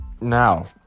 Now